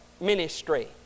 ministry